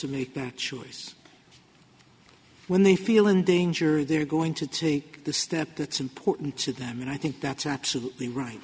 to make that choice when they feel in danger they're going to take the step that's important to them and i think that's absolutely right